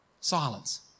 Silence